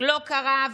לא קרה.